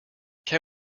can